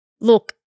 Look